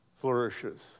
flourishes